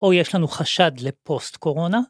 או יש לנו חשד לפוסט-קורונה?